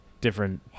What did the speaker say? different